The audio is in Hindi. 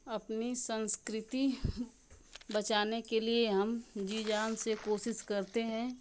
अपनी संस्कृति बचाने के लिए हम जी जान से कोशिश करते हैं